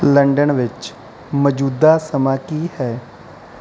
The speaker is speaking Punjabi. ਲੰਡਨ ਵਿੱਚ ਮੌਜੂਦਾ ਸਮਾਂ ਕੀ ਹੈ